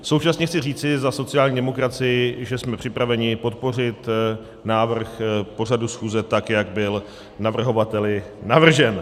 Současně chci říci za sociální demokracii, že jsme připraveni podpořit návrh pořadu schůze tak, jak byl navrhovateli navržen.